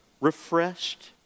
refreshed